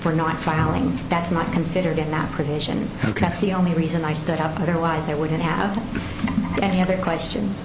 for not filing and that's not considered in that provision that's the only reason i stood up otherwise they wouldn't have any other questions